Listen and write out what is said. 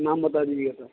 नाम बता दीजिएगा सर